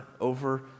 over